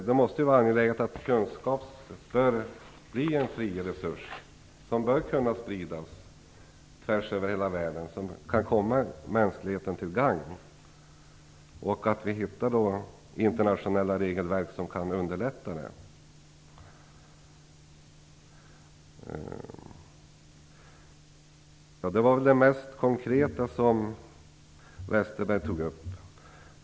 Det måste vara angeläget att kunskap blir en fri resurs som bör kunna spridas tvärsöver hela världen och som kan komma mänskligheten till gagn, och att vi hittar internationella regelverk som kan underlätta det. Det var väl det mest konkreta som Westerberg tog upp.